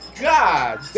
God